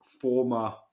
former